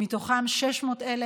ומתוכם 600,000,